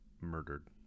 murdered